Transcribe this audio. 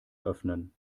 öffnen